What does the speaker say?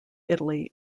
italy